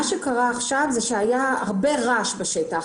מה שקרה עכשיו זה שהיה הרבה רעש בשטח,